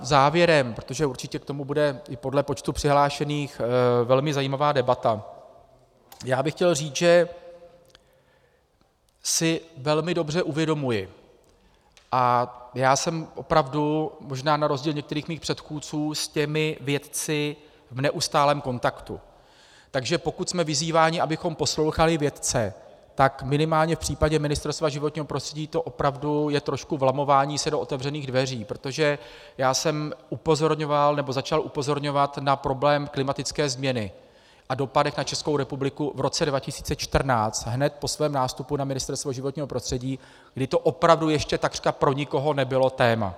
Závěrem, protože určitě k tomu bude i podle počtu přihlášených velmi zajímavá debata, bych chtěl říct, že si velmi dobře uvědomuji, a já jsem opravdu možná na rozdíl od některých svých předchůdců s těmi vědci v neustálém kontaktu, takže pokud jsme vyzýváni, abychom poslouchali vědce, tak minimálně v případě Ministerstva životního prostředí to opravdu je trošku vlamování se do otevřených dveří, protože já jsem upozorňoval, nebo začal upozorňovat na problém klimatické změny a dopady na ČR v roce 2014 hned po svém nástupu na Ministerstvo životního prostředí, kdy to opravdu ještě takřka pro nikoho nebylo téma.